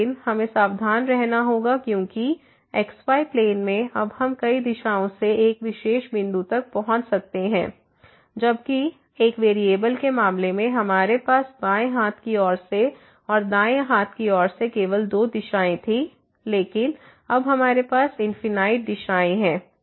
लेकिन हमें सावधान रहना होगा क्योंकि xy प्लेन में अब हम कई दिशाओं से एक विशेष बिंदु तक पहुंच सकते हैं जबकि एक वेरिएबल के मामले में हमारे पास बाएं हाथ की ओर से और दाएं हाथ की ओर से केवल दो दिशाएं थीं लेकिन अब हमारे पास इन्फिनाइट दिशाएं हैं